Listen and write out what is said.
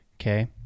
Okay